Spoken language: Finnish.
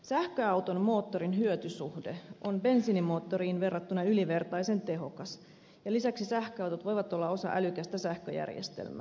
sähköauton moottorin hyötysuhde on bensiinimoottoriin verrattuna ylivertainen ja lisäksi sähköautot voivat olla osa älykästä sähköjärjestelmää